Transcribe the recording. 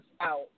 out